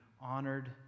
honored